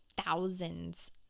thousands